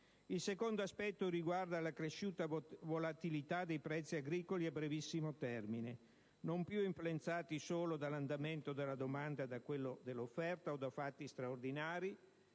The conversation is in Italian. II secondo aspetto riguarda l'accresciuta volatilità dei prezzi agricoli a brevissimo termine, non più influenzati solo dall'andamento della domanda e da quello dell'offerta o da fatti straordinari,